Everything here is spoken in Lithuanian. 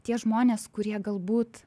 tie žmonės kurie galbūt